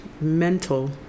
mental